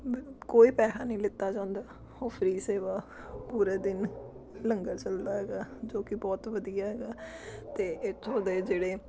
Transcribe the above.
ਕੋਈ ਪੈਸਾ ਨਹੀਂ ਲਿੱਤਾ ਜਾਂਦਾ ਉਹ ਫਰੀ ਸੇਵਾ ਪੂਰੇ ਦਿਨ ਲੰਗਰ ਚਲਦਾ ਹੈਗਾ ਜੋ ਕਿ ਬਹੁਤ ਵਧੀਆ ਹੈਗਾ ਅਤੇ ਇੱਥੋਂ ਦੇ ਜਿਹੜੇ